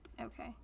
okay